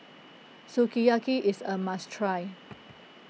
Sukiyaki is a must try